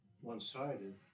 one-sided